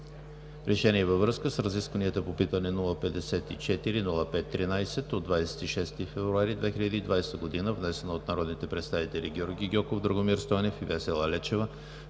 РЕШЕНИЕ във връзка с разискванията по питане № 054-05-13 от 26 февруари 2020 г., внесено от народните представители Георги Гьоков, Драгомир Стойнев и Весела Лечева